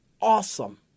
awesome